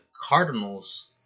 Cardinals